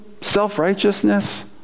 self-righteousness